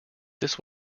this